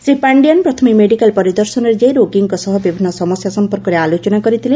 ଶ୍ରୀ ପାଷ୍ତିଆନ ପ୍ରଥମେ ମେଡ଼ିକାଲ ପରିଦର୍ଶନରେ ଯାଇ ରୋଗୀଙ୍କ ସହ ବିଭିନ୍ତ ସମସ୍ୟା ସମ୍ପର୍କରେ ଆଲୋଚନା କରିଥିଲେ